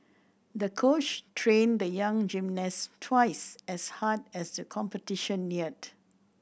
the coach trained the young gymnast twice as hard as the competition neared